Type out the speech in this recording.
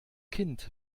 kind